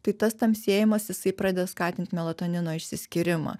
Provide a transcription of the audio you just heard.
tai tas tamsėjimas jisai pradeda skatinti melatonino išsiskyrimą